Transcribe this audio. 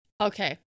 Okay